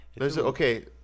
Okay